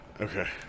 Okay